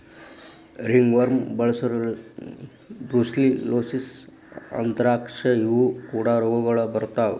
ringworm, brucellosis, anthrax ಇವು ಕೂಡಾ ರೋಗಗಳು ಬರತಾ